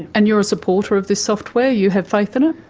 and you're a supporter of this software? you have faith in it?